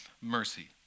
mercy